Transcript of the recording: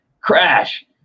crash